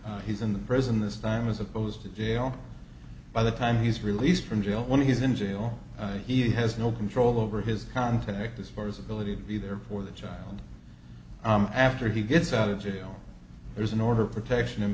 he's in the prison this time as opposed to jail by the time he's released from jail when he's in jail he has no control over his contact as far as ability to be there for the child after he gets out of jail there's an order of protection in